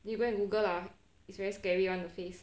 you go and google lah it's very scary [one] the face